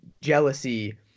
jealousy